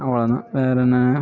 அவ்வளோ தான் வேற என்ன